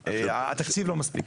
התקציב לא מספיק.